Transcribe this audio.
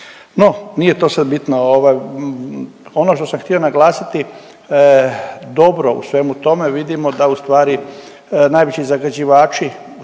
No nije to sad bitno, ovaj ono što sam htio naglasiti, dobro u svemu tome vidimo da ustvari najveći zagađivači